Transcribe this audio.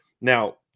Now